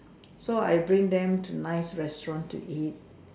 so I bring them to nice restaurant to eat